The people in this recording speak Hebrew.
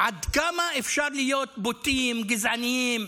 עד כמה אפשר להיות בוטים, גזענים,